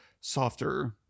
softer